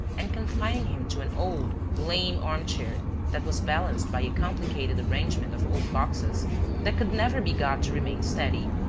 and confining him to an old, lame armchair that was balanced by a complicated arrangement of old boxes that could never be got to remain steady.